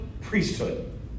priesthood